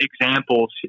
examples